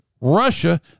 Russia